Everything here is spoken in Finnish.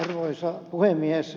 arvoisa puhemies